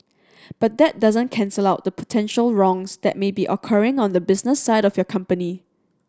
but that doesn't cancel out the potential wrongs that may be occurring on the business side of your company